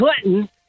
Clinton